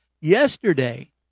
Yesterday